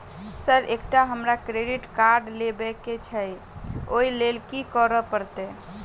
Sir एकटा हमरा credit card लेबकै छैय ओई लैल की करऽ परतै?